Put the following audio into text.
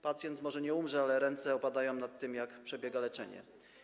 Pacjent może nie umrze, ale ręce opadają, jak przebiega leczenie.